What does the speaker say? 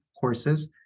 courses